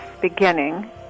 beginning